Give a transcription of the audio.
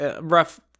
rough